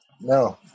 no